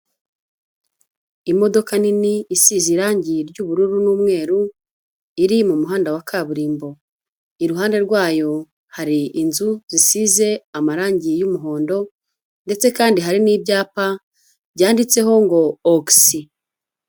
Imodoka nini isize irangi ry'ubururu n'umweru iri mu muhanda wa kaburimbo, iruhande rwayo hari inzu zisize amarangi y'umuhondo ndetse kandi hari n'ibyapa byanditseho ngo ogisi.